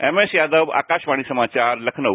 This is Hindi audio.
एमएस यादव आकाशवाणी समाचार लखनऊ